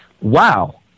Wow